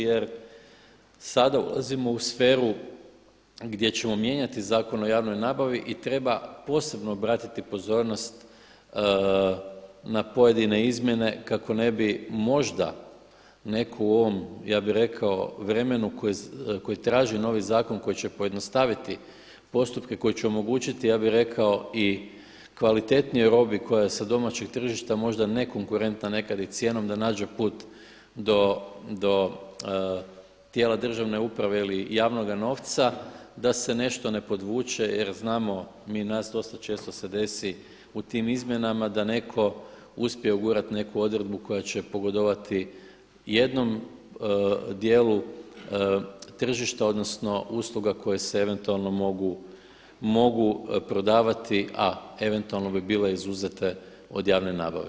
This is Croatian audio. Jer sada dolazimo u sferu gdje ćemo mijenjati Zakon o javnoj nabavi i treba posebno obratiti pozornost na pojedine izmjene kako ne bi možda netko u ovom ja bih rekao vremenu koji traži novi zakon koji će pojednostaviti postupke koji će omogućiti ja bih rekao i kvalitetnijoj robi koja je sa domaćeg tržišta možda nekonkurentna nekada i cijenom da nađe put do tijela državne uprave ili javnoga novca da se nešto ne podvuče, jer znamo mi, dosta često se desi u tim izmjenama da netko uspije ugurati neku odredbu koja će pogodovati jednom dijelu tržišta odnosno usluga koje se eventualno mogu prodavati, a eventualno bi bile izuzete od javne nabave.